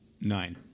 Nine